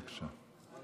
בבקשה.